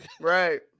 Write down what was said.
right